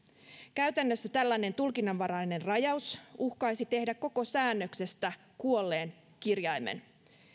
käytännössä tällainen tulkinnanvarainen rajaus uhkaisi tehdä koko säännöksestä kuolleen kirjaimen